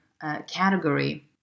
category